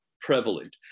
prevalent